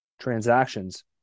transactions